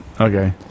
Okay